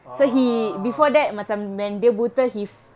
oh